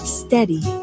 steady